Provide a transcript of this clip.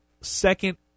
second